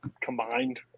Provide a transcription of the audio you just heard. combined